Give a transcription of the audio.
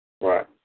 Right